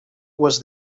was